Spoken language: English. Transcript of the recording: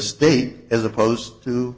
state as opposed to